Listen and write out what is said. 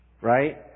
Right